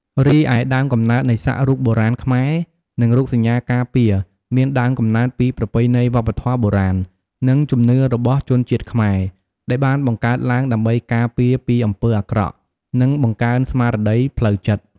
រីឯដើមកំណើតនៃសាក់រូបបុរាណខ្មែរនិងរូបសញ្ញាការពារមានដើមកំណើតពីប្រពៃណីវប្បធម៌បុរាណ និងជំនឿរបស់ជនជាតិខ្មែរ ដែលបានបង្កើតឡើងដើម្បីការពារពីអំពើអាក្រក់ និងបង្កើនស្មារតីផ្លូវចិត្ត។